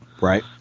Right